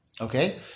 Okay